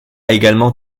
également